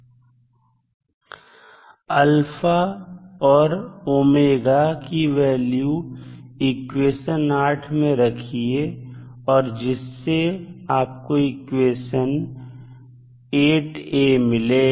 α और ω की value equation 8 में रखिए जिससे आपको इक्वेशन 8a मिलेगा